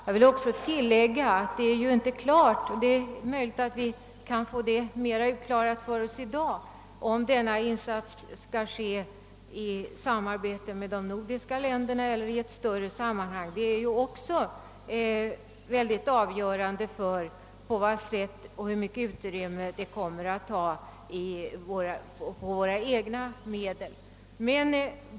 Jag vill tillägga att det inte är klart — det är möjligt att vi kan få det mera utklarat för oss i dag — om denna insats skall göras i samarbete med de nordiska länderna eller i ett större sammanhang. Detta är också i hög grad avgörande för på vad sätt biståndet skall genomföras och för hur stort utrymme det kommer att kräva av våra egna medel.